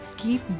keep